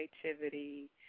creativity